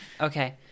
okay